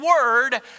word